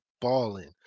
balling